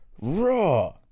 Raw